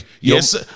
Yes